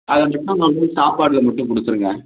அதை மட்டும் மதியம் சாப்பாடுல மட்டும் கொடுத்துருங்க